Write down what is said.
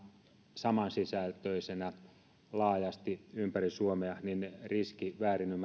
samansisältöisenä laajasti ympäri suomea niin väärinymmärtämisen riski